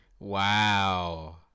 Wow